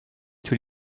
tous